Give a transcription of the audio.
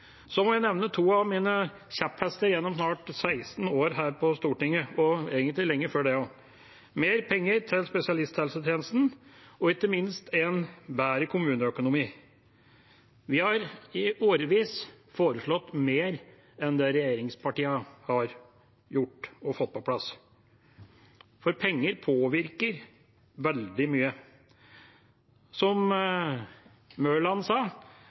Så må jeg nevne to av mine kjepphester gjennom snart 16 år her på Stortinget, egentlig lenge før det også: mer penger til spesialisthelsetjenesten og ikke minst en bedre kommuneøkonomi. Vi har i årevis foreslått mer enn det regjeringspartiene har gjort og fått på plass, for penger påvirker veldig mye. Som Mørland